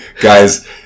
Guys